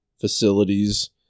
facilities